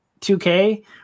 2K